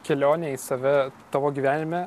kelionė į save tavo gyvenime